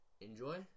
Enjoy